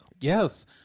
Yes